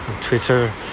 twitter